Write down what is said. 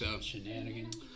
Shenanigans